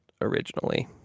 originally